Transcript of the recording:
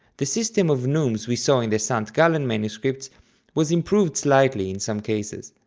the system of neumes we saw in the st. gallen manuscripts was improved slightly in some cases,